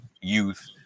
youth